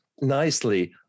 nicely